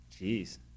Jeez